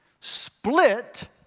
split